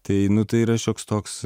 tai nu tai yra šioks toks